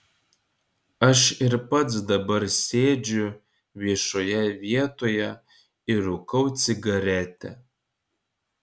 aš ir pats dabar sėdžiu viešoje vietoje ir rūkau cigaretę